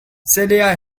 celia